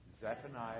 Zephaniah